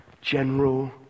General